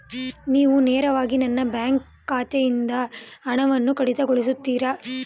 ನೀವು ನೇರವಾಗಿ ನನ್ನ ಬ್ಯಾಂಕ್ ಖಾತೆಯಿಂದ ಹಣವನ್ನು ಕಡಿತಗೊಳಿಸುತ್ತೀರಾ?